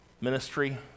Ministry